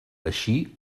així